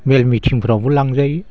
मेल मिथिंफ्रावबो लांजायो